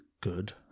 good